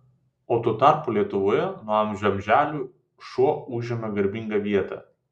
o tuo tarpu lietuvoje nuo amžių amželių šuo užėmė garbingą vietą